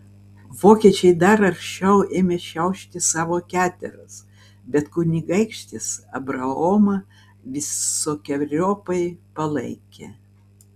vokiečiai dar aršiau ėmė šiaušti savo keteras bet kunigaikštis abraomą visokeriopai palaikė